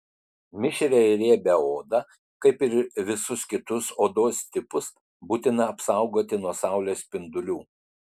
mišrią ir riebią odą kaip ir visus kitus odos tipus būtina apsaugoti nuo saulės spindulių